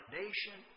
nation